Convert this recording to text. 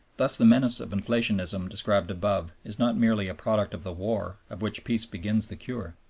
thus the menace of inflationism described above is not merely a product of the war, of which peace begins the cure.